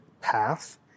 path